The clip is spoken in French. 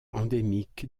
endémique